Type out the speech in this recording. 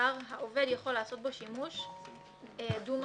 העובד יכול לעשות בו שימוש דו-מהותי?